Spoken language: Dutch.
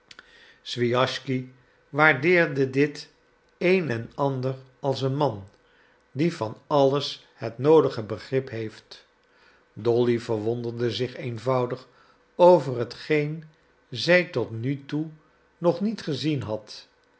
swijaschsky waardeerde dit een en ander als een man die van alles het noodige begrip heeft dolly verwonderde zich eenvoudig over hetgeen zij tot nu toe nog niet gezien had